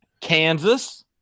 Kansas